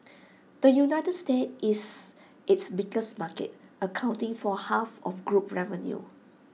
the united states is its biggest market accounting for half of group revenue